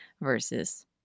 versus